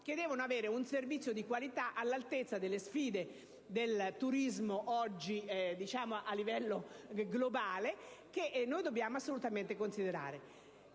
che devono ricevere un servizio di qualità all'altezza delle sfide dell'attuale turismo globale, che noi dobbiamo assolutamente considerare.